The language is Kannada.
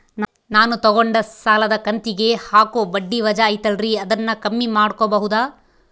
ನಾನು ತಗೊಂಡ ಸಾಲದ ಕಂತಿಗೆ ಹಾಕೋ ಬಡ್ಡಿ ವಜಾ ಐತಲ್ರಿ ಅದನ್ನ ಕಮ್ಮಿ ಮಾಡಕೋಬಹುದಾ?